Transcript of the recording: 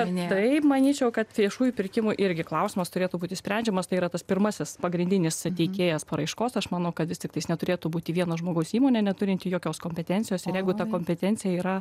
ar ne taip manyčiau kad viešųjų pirkimų irgi klausimas turėtų būti sprendžiamas tai yra tas pirmasis pagrindinis tiekėjas paraiškos aš manau kad vis tiktais neturėtų būti vieno žmogaus įmonė neturinti jokios kompetencijos ir jeigu ta kompetencija yra